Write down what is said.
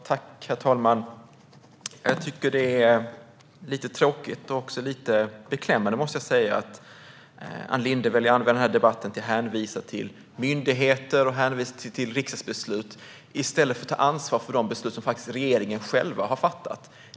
Herr talman! Jag tycker att det är lite tråkigt och även lite beklämmande att Ann Linde väljer att använda debatten till att hänvisa till myndigheter och riksdagsbeslut i stället för att ta ansvar för de beslut som faktiskt regeringen själv har fattat.